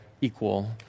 equal